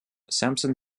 sampson